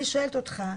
אני שואלת אותך,